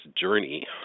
journey